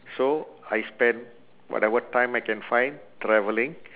so I spend whatever time I can find travelling